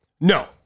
no